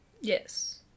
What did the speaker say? Yes